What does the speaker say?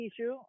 issue